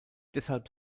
deshalb